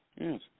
Yes